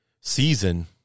season